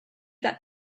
that